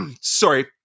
sorry